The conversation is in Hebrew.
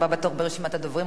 הבא בתור ברשימת הדוברים,